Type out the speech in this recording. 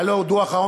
הלוא הוא העוני.